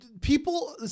people